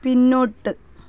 പിന്നോട്ട്